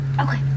okay